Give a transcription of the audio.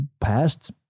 past